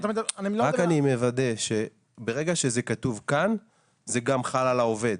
רק אני מוודא שברגע שזה כתוב כאן זה גם חל על העובד.